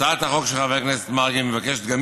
הצעת החוק של חבר הכנסת מרגי מבקשת גם